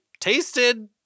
tasted